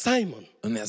Simon